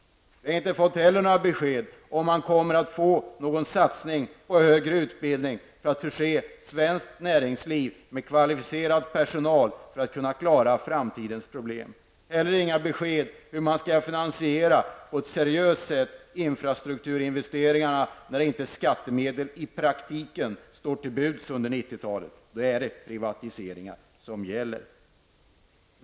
Vi har inte heller fått några besked om huruvida vi kommer att få någon satsning på högre utbildning för att förse svenskt näringsliv med kvalificerad personal för att det skall kunna klara framtidens problem. Vi har vidare inte fått några besked om hur man på ett seriöst sätt skall finansiera infrastrukturinvesteringarna när skattemedel i praktiken inte står till buds under 90-talet. Då är det privatiseringar som gäller.